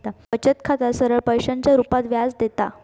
बचत खाता सरळ पैशाच्या रुपात व्याज देता